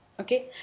Okay